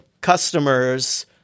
customers